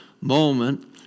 moment